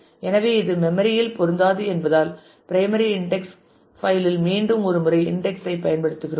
எனவே இது மெம்மரி இல் பொருந்தாது என்பதால் பிரைமரி இன்டெக்ஸ் பைல் இல் மீண்டும் ஒரு முறை இன்டெக்ஸ் ஐ பயன்படுத்துகிறோம்